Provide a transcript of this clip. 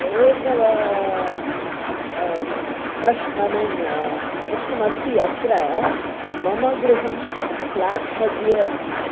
एकवा अं प्रश् I mean प्रश्नमस्ति अत्र मम गृहं फ़्लाट्मध्ये अस्ति